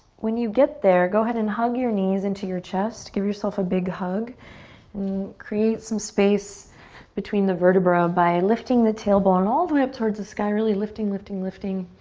when you get there, go ahead and hug your knees into your chest. give yourself a big hug create some space between the vertebrae by lifting the tailbone all the way up towards the sky, really lifting, lifting, lifting,